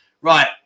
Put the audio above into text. Right